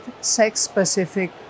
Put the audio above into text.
sex-specific